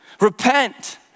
Repent